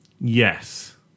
Yes